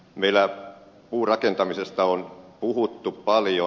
meillä puurakentamisesta on puhuttu paljon